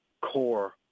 core